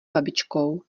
babičkou